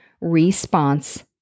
response